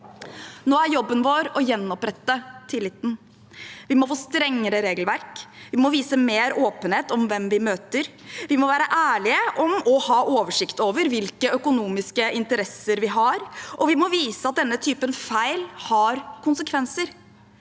Nå er jobben vår å gjenopprette tilliten. Vi må få strengere regelverk, vi må vise mer åpenhet om hvem vi møter, vi må være ærlige om og ha oversikt over hvilke økonomiske interesser vi har, og vi må vise at denne typen feil får konsekvenser.